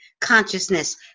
consciousness